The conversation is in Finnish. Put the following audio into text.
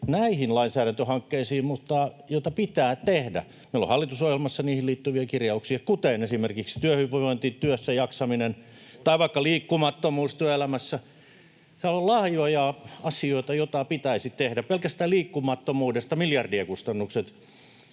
näihin lainsäädäntöhankkeisiin mutta joita pitää tehdä. Meillä on hallitusohjelmassa niihin liittyviä kirjauksia, esimerkiksi työhyvinvointi, työssäjaksaminen tai vaikka liikkumattomuus työelämässä. Täällä on laajoja asioita, joita pitäisi tehdä. Pelkästään liikkumattomuudesta tulee miljardien kustannukset.